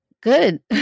Good